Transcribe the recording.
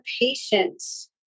patience